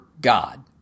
God